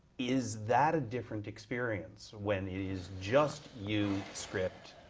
is that a different experience, when it is just you, script,